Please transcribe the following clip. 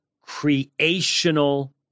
creational